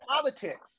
politics